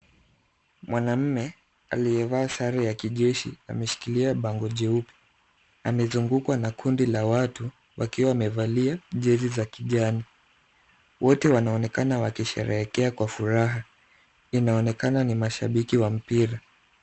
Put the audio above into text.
Mwanamume aliyevaa sare ya kijeshi ameshikilia bango jeupe. Amezungukwa na kundi la watu wakiwa wamevalia jezi za kijani. Wote wanaonekana wakisherehekea kwa furaha. Inaonekana ni mashabiki wa mpira.